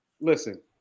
listen